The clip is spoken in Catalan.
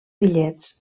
bitllets